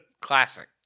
Classic